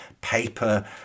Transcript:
paper